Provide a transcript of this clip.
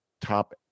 top